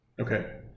okay